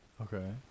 Okay